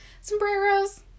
sombreros